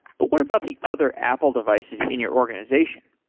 but what about the other apple devices in your organization?